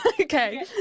Okay